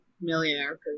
Millionaire